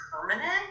permanent